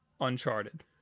Uncharted